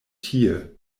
tie